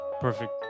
Perfect